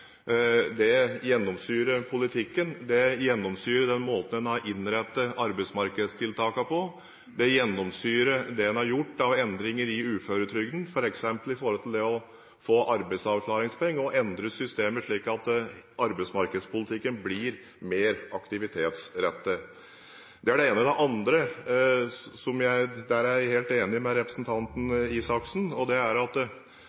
Det gjennomsyrer politikken, det gjennomsyrer den måten en har innrettet arbeidsmarkedstiltakene på, det gjennomsyrer det en har gjort av endringer i uføretrygden, f.eks. når det gjelder det å få arbeidsavklaringspenger og endre systemet slik at arbeidsmarkedspolitikken blir mer aktivitetsrettet. Det er det ene. Det andre – der er jeg helt enig med representanten Røe Isaksen – er at det